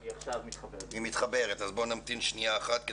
אז נמתין עוד רגע.